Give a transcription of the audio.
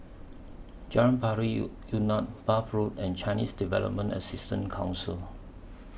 Jalan Pari Unak Bath Road and Chinese Development Assistance Council